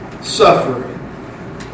suffering